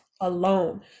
alone